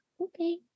okay